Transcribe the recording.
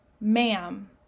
ma'am